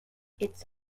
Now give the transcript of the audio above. its